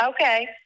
okay